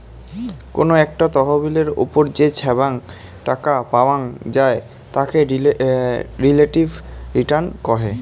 কোনো একটা তহবিলের ওপর যে ছাব্যাং টাকা পাওয়াং যাই তাকে রিলেটিভ রিটার্ন কহে